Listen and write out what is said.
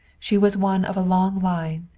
she was one of a long line,